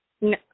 no